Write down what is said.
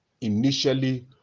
initially